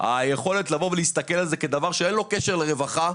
היכולת לבוא ולהסתכל על זה כדבר שאין לו קשר לרווחה,